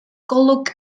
golwg